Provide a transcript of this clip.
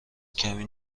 کمی